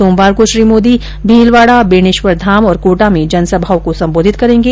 सोमवार को श्री मोदी भीलवाड़ा बेणेश्वरधाम तथा कोटा में जनसभाओं को सम्बोधित करेंगे